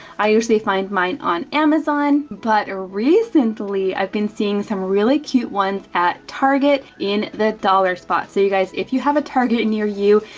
i usually find mine on amazon. but recently, i've been seeing some really cute ones at target in the dollar spot. so you guys, if you have a target near you,